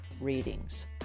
Readings